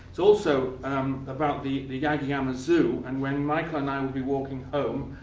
it's also um about the yagiyama zoo. and when michael and i would be walking home,